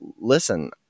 listen